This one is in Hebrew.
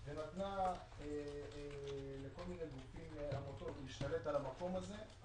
ונתנה לכל מיני גופים ועמותות להשתלט על המקום הזה.